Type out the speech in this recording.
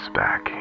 back